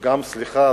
סליחה,